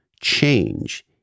change